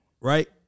right